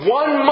one